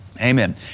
amen